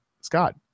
Scott